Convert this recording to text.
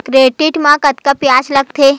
Credit मा कतका ब्याज लगथे?